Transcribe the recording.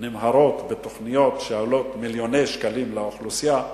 נמהרות בתוכניות שעולות מיליוני שקלים לאוכלוסייה,